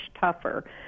tougher